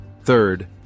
Third